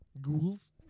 Ghouls